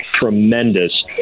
tremendous